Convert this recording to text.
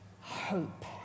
hope